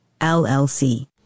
LLC